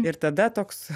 ir tada toks